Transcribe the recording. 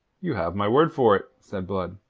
you have my word for it, said blood.